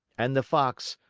and the fox,